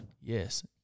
Yes